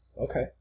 Okay